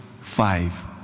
five